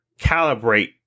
calibrate